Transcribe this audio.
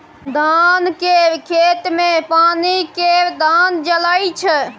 धान केर खेत मे पानि केर धार चलइ छै